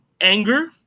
anger